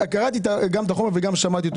קראתי את החומר בעיון וגם שמעתי את